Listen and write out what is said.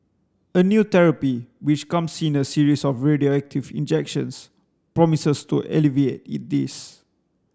a new therapy which comes in a series of radioactive injections promises to alleviate this